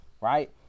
right